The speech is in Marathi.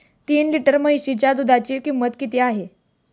तीन लिटर म्हशीच्या दुधाची किंमत किती आहे?